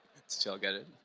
did you all get it?